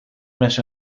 mes